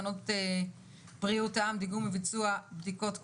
תקנות בריאות העם (דיגום וביצוע בדיקות קורונה),